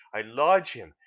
i lodge him,